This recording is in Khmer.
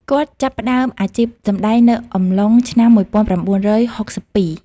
គាត់ចាប់ផ្ដើមអាជីពសម្ដែងនៅអំឡុងឆ្នាំ១៩៦២។